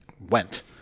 went